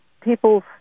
people